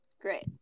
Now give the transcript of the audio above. Great